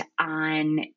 on